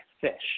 fish